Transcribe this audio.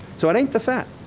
so it ain't the fat.